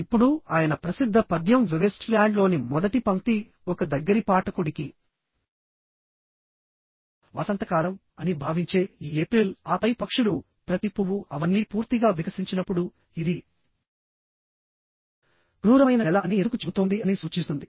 ఇప్పుడు ఆయన ప్రసిద్ధ పద్యం వేస్ట్ ల్యాండ్లోని మొదటి పంక్తి ఒక దగ్గరి పాఠకుడికి వసంతకాలం అని భావించే ఈ ఏప్రిల్ ఆపై పక్షులు ప్రతి పువ్వు అవన్నీ పూర్తిగా వికసించినప్పుడుఇది క్రూరమైన నెల అని ఎందుకు చెబుతోంది అని సూచిస్తుంది